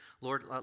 Lord